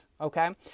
Okay